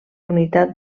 unitat